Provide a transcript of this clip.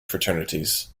fraternities